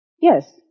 yes